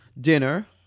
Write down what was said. dinner